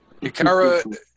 Ikara